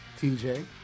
TJ